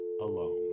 alone